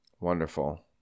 Wonderful